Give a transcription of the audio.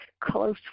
close